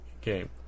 game